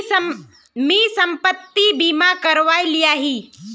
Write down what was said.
मी संपत्ति बीमा करवाए लियाही